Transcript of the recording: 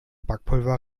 backpulver